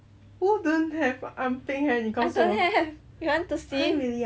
I don't have you want to see